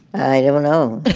i don't know